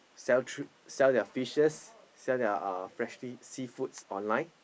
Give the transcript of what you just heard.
sell tr~ sell their fishes sell their uh freshly seafood online